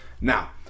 Now